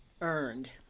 earned